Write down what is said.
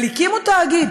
אבל הקימו תאגיד,